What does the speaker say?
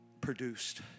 produced